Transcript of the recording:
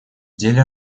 деле